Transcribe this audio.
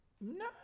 no